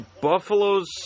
Buffalo's